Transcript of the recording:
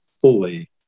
fully